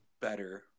better